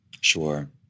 sure